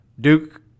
Duke